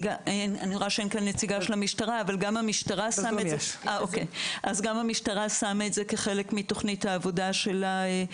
גם המשטרה שמה את זה כחלק מתוכנית העבודה שלה.